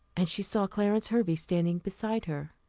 and she saw clarence hervey standing beside her.